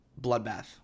Bloodbath